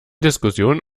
diskussion